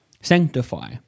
Sanctify